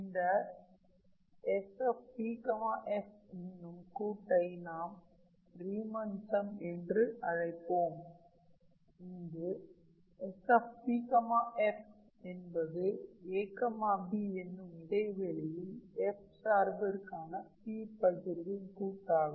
இந்த SPf என்னும் கூட்டை நாம் ரீமன் சம் என்று அழைப்போம் இங்கு SPf என்பது ab என்னும் இடைவெளியில் f சார்பிற்கான P பகிர்வின் கூட்டாகும்